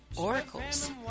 oracles